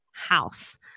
house